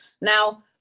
now